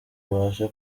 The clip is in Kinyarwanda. ubashe